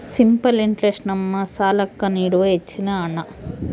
simple interest ನಮ್ಮ ಸಾಲ್ಲಾಕ್ಕ ನೀಡುವ ಹೆಚ್ಚಿನ ಹಣ್ಣ